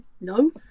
no